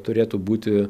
turėtų būti